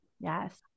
Yes